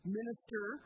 minister